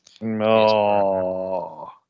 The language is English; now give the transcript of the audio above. No